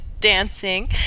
dancing